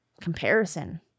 comparison